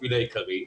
המפעיל העיקרי.